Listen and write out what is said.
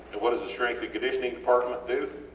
what does the strength and conditioning department do?